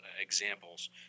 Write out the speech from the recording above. examples